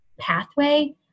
pathway